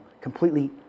completely